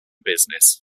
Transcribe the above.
business